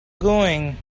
going